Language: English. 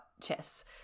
Chess